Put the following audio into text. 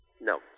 No